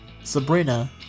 Sabrina